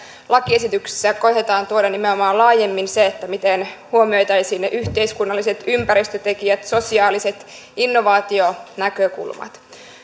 lakiesityksessä koetetaan tuoda nimenomaan laajemmin se miten huomioitaisiin ne yhteiskunnalliset ja ympäristötekijät sosiaaliset ja innovaationäkökulmat